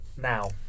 now